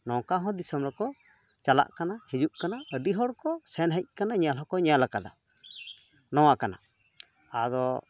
ᱱᱚᱝᱠᱟ ᱦᱚᱸ ᱫᱤᱥᱚᱢ ᱨᱮᱠᱚ ᱪᱟᱞᱟᱜ ᱠᱟᱱᱟ ᱦᱤᱡᱩᱜ ᱠᱟᱱᱟ ᱟᱹᱰᱤ ᱦᱚᱲᱠᱚ ᱥᱮᱱᱦᱮᱡ ᱠᱟᱱᱟ ᱧᱮᱞ ᱦᱚᱠᱚ ᱧᱮᱞ ᱟᱠᱟᱫᱟ ᱱᱚᱣᱟ ᱠᱟᱱᱟ ᱟᱫᱚ